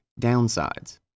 downsides